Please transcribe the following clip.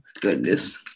goodness